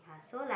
ah so like